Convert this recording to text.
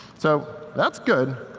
so that's good.